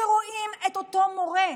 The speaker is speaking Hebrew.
שרואים את אותו מורה.